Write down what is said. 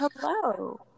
Hello